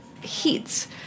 heats